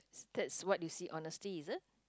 that's what you see honestly is it